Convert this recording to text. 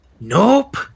Nope